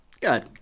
good